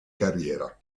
carriera